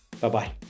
Bye-bye